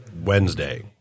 Wednesday